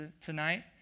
tonight